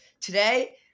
Today